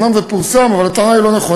זאת אומרת, אומנם זה פורסם, אבל הטענה לא נכונה.